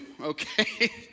Okay